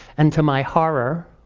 and to my horror,